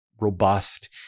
robust